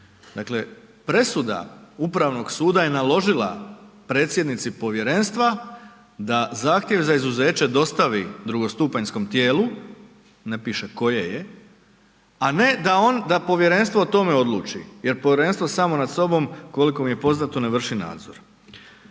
Dakle, presuda Upravnog suda je naložila predsjednici povjerenstva da zahtjev za izuzeće dostavi drugostupanjskom tijelu, ne piše koje je, a ne da povjerenstvo o tome odluči jer povjerenstvo samo nad sobom, koliko mi je poznato, ne vrši nadzor.